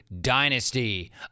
dynasty